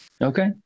Okay